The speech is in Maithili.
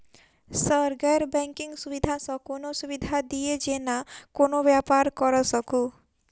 सर गैर बैंकिंग सुविधा सँ कोनों सुविधा दिए जेना कोनो व्यापार करऽ सकु?